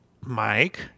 Mike